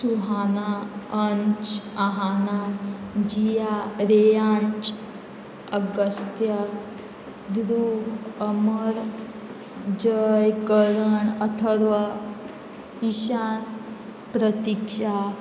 Suhana Ansh Aahana Jiya Reyansh Agastya Dhruv Amar Jay Karan Atharva Ishan Pratiksha